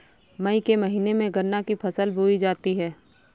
मई के महीने में गन्ना की फसल बोई जाती है